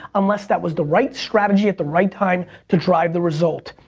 unless that was the right strategy at the right time to drive the result.